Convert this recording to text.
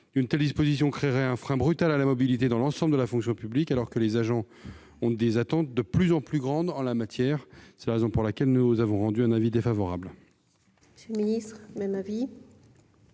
Une telle mesure créerait un frein brutal à la mobilité dans l'ensemble de la fonction publique, alors que les agents ont des attentes de plus en plus grandes en la matière. C'est la raison pour laquelle nous sommes défavorables